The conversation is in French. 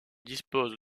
dispose